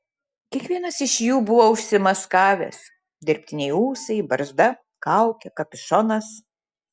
kiekvienas iš jų buvo užsimaskavęs dirbtiniai ūsai barzda kaukė kapišonas